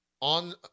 on